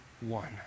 one